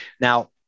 Now